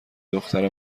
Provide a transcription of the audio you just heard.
دختر